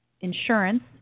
insurance